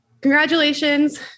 congratulations